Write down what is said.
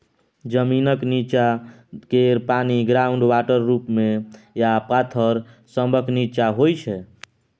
जमीनक नींच्चाँ केर पानि ग्राउंड वाटर रुप मे आ पाथर सभक नींच्चाँ होइ छै